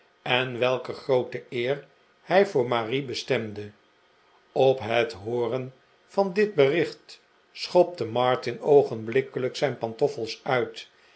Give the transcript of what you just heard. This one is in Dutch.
en welke groote eer hij voor marie besterade op het hooren van dit bericht schopte martin oogenblikkelijk zijn pantoffels uit